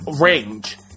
range